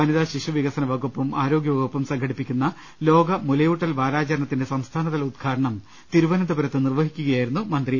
വനിതാ ശിശു വികസന വകുപ്പും ആരോഗൃവകുപ്പും സംഘടിപ്പിക്കുന്ന ലോക മുലയൂട്ടൽ വാരാചരണ ത്തിന്റെ സംസ്ഥാനതല ഉദ്ഘാടനം തിരു വ ന ന്ത പു രത്ത് നിർവഹിക്കുകയായിരുന്നു മന്ത്രി